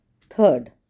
third